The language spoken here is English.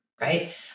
right